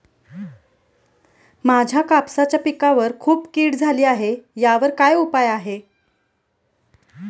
माझ्या कापसाच्या पिकावर खूप कीड झाली आहे यावर काय उपाय आहे का?